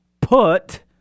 put